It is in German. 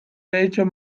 welcher